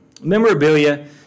memorabilia